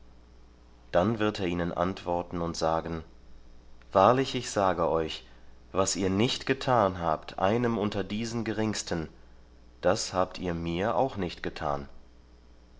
dann wird er ihnen antworten und sagen wahrlich ich sage euch was ihr nicht getan habt einem unter diesen geringsten das habt ihr mir auch nicht getan